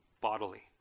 bodily